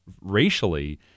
racially